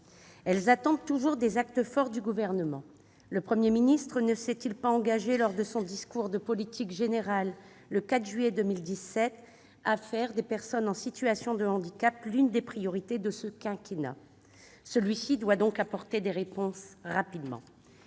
Elles réclament toujours des actes forts du Gouvernement. Le Premier ministre ne s'est-il pas engagé, lors de son discours de politique générale, le 4 juillet 2017, à faire de l'action en faveur des personnes en situation de handicap l'une des priorités de ce quinquennat ? Celui-ci doit donc apporter des réponses rapidement.